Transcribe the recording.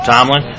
Tomlin